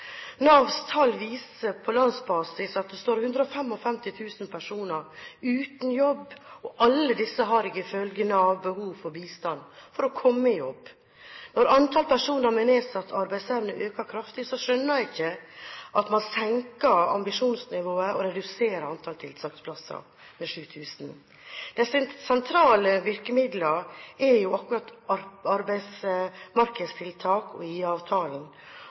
Navs tall viser på landsbasis at det står 155 000 personer uten jobb, og alle disse har ifølge Nav behov for bistand for å komme i jobb. Når antall personer med nedsatt arbeidsevne øker kraftig, skjønner jeg ikke at man senker ambisjonsnivået og reduserer antall tiltaksplasser med 7 000. De sentrale virkemidlene er jo akkurat arbeidsmarkedstiltak og IA-avtalen, og resultatet med dagens politikk må jo bli at flere havner i